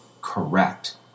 correct